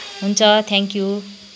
हुन्छ thank you